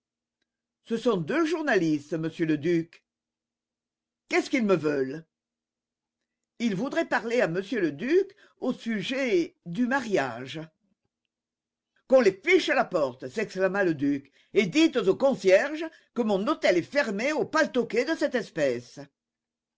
ce sont deux journalistes monsieur le duc qu'est-ce qu'ils me veulent ils voudraient parler à monsieur le duc au sujet du mariage qu'on les fiche à la porte s'exclama le duc et dites au concierge que mon hôtel est fermé aux paltoquets de cette espèce